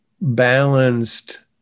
balanced